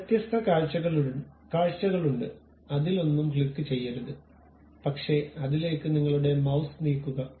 വ്യത്യസ്ത കാഴ്ചകളുണ്ട് അതിലൊന്നും ക്ലിക്കുചെയ്യരുത് പക്ഷേ അതിലേക്ക് നിങ്ങളുടെ മൌസ് നീക്കുക